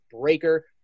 Breaker